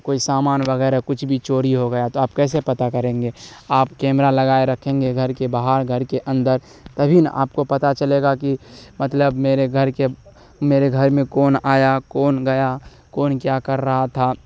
کوئی سامان وغیرہ کچھ بھی چوری ہو گیا تو آپ کیسے پتہ کریں گے آپ کیمرہ لگائے رکھیں گے گھر کے باہر گھر کے اندر تبھی نا آپ کو پتہ چلے گا کہ مطلب میرے گھر کے میرے گھر میں کون آیا کون گیا کون کیا کر رہا تھا